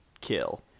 kill